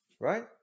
Right